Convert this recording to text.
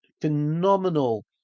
phenomenal